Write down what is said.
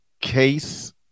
case